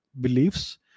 beliefs